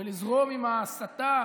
ולזרום עם ההסתה